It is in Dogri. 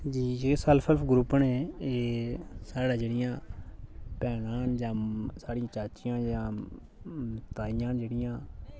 जेह्ड़े सेल्फ हेल्प ग्रुप ने एह् साढ़ै जेहड़ियां भैनां न जां साढ़ियां चाचियां जां ताईयां न जेह्ड़ियां